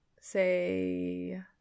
Say